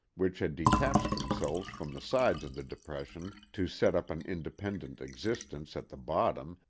which had detached themselves from the sides of the depression to set up an independent existence at the bottom,